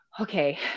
okay